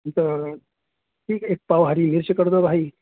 تو ٹھیک ہے ایک پاؤ ہری مرچ کردو بھائی